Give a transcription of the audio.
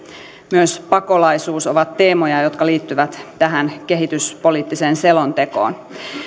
myös pakolaisuus ovat teemoja jotka liittyvät tähän kehityspoliittiseen selontekoon